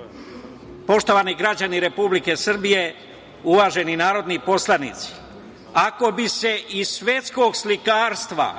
citat. Poštovani građani Republike Srbije, uvaženi narodni poslanici, ako bi se iz svetskog slikarstva